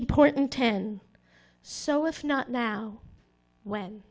important ten so if not now when